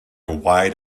wide